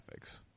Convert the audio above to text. graphics